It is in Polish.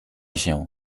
się